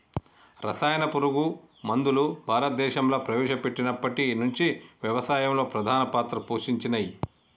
రసాయన పురుగు మందులు భారతదేశంలా ప్రవేశపెట్టినప్పటి నుంచి వ్యవసాయంలో ప్రధాన పాత్ర పోషించినయ్